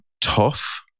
tough